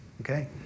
Okay